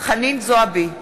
חנין זועבי,